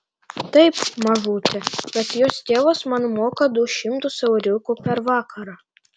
taip mažute bet jos tėvas man moka du šimtus euriukų per vakarą